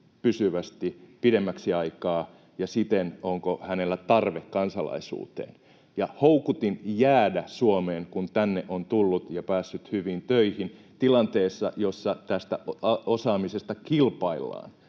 pysyvästi, pidemmäksi aikaa, ja onko hänellä siten tarve kansalaisuuteen ja houkutin jäädä Suomeen, kun tänne on tullut ja päässyt hyviin töihin tilanteessa, jossa tästä osaamisesta kilpaillaan